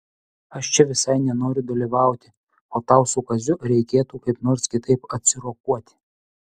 aš čia visai nenoriu dalyvauti o tau su kaziu reikėtų kaip nors kitaip atsirokuoti